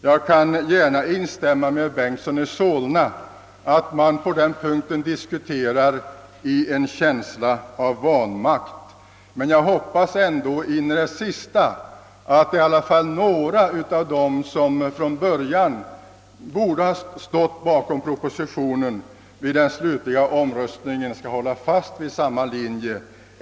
Jag kan gärna instämma med herr Bengtson i Solna däri att man på denna punkt diskuterar med en känsla av vanmakt, men jag hoppas ändå in i det sista, att åtminstone några av dem som från början borde ha stått bakom propositionen skall vid den slutliga omröstningen i dag hålla fast vid denna linje.